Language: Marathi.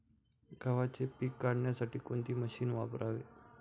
गव्हाचे पीक काढण्यासाठी कोणते मशीन वापरावे?